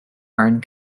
iron